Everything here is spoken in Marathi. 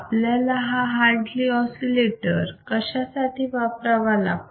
आपल्याला हा हार्टली ऑसिलेटर कशासाठी वापरावा लागतो